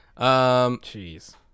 Jeez